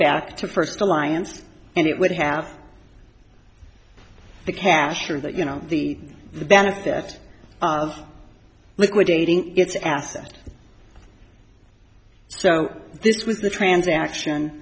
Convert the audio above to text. back to first alliance and it would have the cash or that you know the benefit of liquidating its assets so this was the transaction